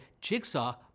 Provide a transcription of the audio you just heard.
Jigsaw